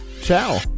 Ciao